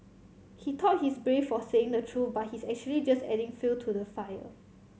he thought he's brave for saying the true but he's actually just adding fuel to the fire